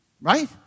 Right